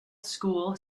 school